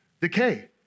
decay